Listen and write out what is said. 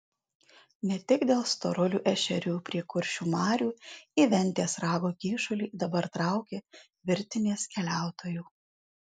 ne tik dėl storulių ešerių prie kuršių marių į ventės rago kyšulį dabar traukia virtinės keliautojų